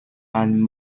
and